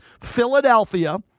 Philadelphia